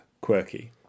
quirky